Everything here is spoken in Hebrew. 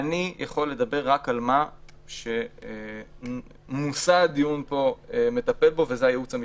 אני יכול לדבר רק על מה שנושא הדיון מטפל בו וזה הייעוץ המשפטי.